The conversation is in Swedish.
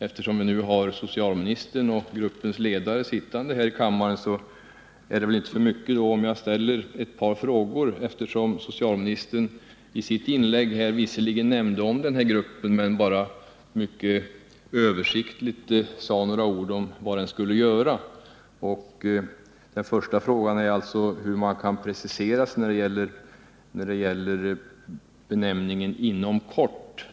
Eftersom både socialministern och gruppens ledare befinner sig i kammaren vill jag ställa ett par frågor. Visserligen omnämnde socialministern denna grupp i sitt inlägg, men han talade bara översiktligt om vad den skulle göra. Min första fråga är: Hur vill man precisera uttrycket ”inom kort”?